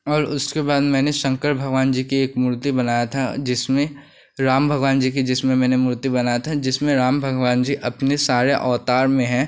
और उसके बाद मैंने शंकर भगवान जी की एक मूर्ति बनाई थी जिसमें राम भगवान जी की जिसमें मैंने मूर्ति बनाई थी जिसमें राम भगवान जी अपने सारे अवतार में हैं